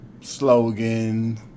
slogan